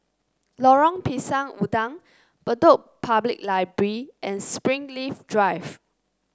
Lorong Pisang Udang Bedok Public Library and Springleaf Drive